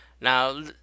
Now